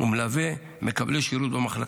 ומלווה מקבלי שירות במחלקה.